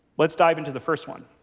let's dive into the first one.